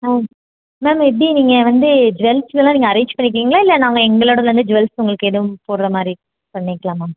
ma'am ma'am எப்படி நீங்கள் வந்து ஜுவல்ஸ் வேணால் நீங்கள் அரேஞ்ச் பண்ணிக்கிறீங்களா இல்லை நாங்கள் எங்களோடதுலேருந்தே ஜுவல்ஸ் உங்களுக்கு எதுவும் போடுற மாதிரி பண்ணிக்கலாம் மேம்